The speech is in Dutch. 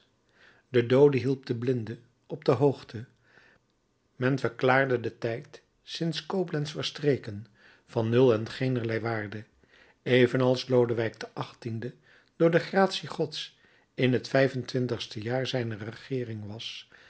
de doode hielp den blinde op de hoogte men verklaarde den tijd sinds koblentz verstreken van nul en geener waarde evenals lodewijk xviii door de gratie gods in het vijf-en-twintigste jaar zijner regeering was